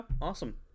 awesome